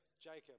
Jacob